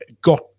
got